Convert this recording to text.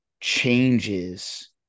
changes